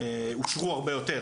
אושרו הרבה יותר,